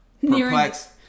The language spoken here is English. perplexed